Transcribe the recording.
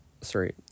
sorry